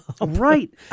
Right